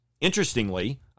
Interestingly